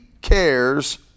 cares